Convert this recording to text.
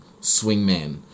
swingman